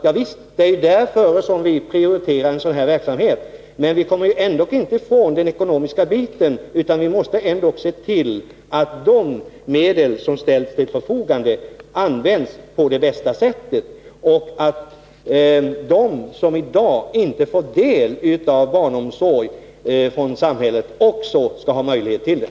Ja visst, det är ju därför som vi prioriterar verksamhet av det här slaget. Men vi kommer ändå inte ifrån den ekonomiska biten. Vi måste ju se till att de medel som ställts till förfogande används på det bästa sättet samt att de som i dag inte får del av samhällets barnomsorg bereds den möjligheten.